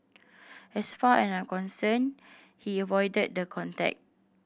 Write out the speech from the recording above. as far as I'm concerned he is voided the contract